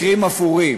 מקרים אפורים,